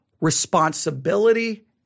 responsibility